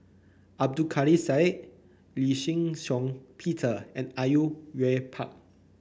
Abdul Kadir Syed Lee Shih Shiong Peter and are you Yue Pak